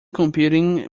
computing